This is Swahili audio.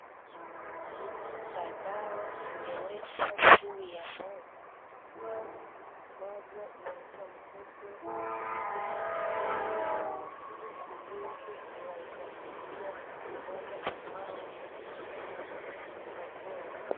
Aina za dawa zimewekwa juu ya meza moja inaitwa Mkoko ingine Mtiki ili ziweze kuwasaidia wale ambao wako wagonjwa.